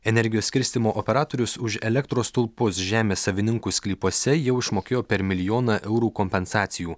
energijos skirstymo operatorius už elektros stulpus žemės savininkų sklypuose jau išmokėjo per milijoną eurų kompensacijų